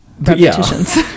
repetitions